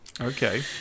Okay